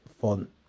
font